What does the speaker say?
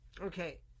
okay